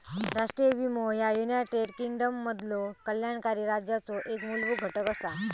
राष्ट्रीय विमो ह्या युनायटेड किंगडममधलो कल्याणकारी राज्याचो एक मूलभूत घटक असा